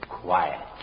quiet